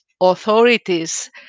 authorities